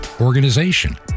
organization